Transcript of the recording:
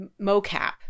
mocap